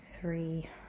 three